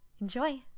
Enjoy